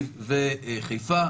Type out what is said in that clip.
מכובדיי,